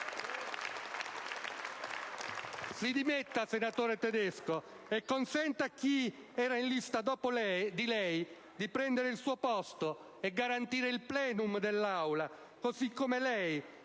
Si dimetta, senatore Tedesco, e consenta a chi era in lista dopo di lei di prendere il suo posto e garantire il *plenum* dell'Aula, così come lei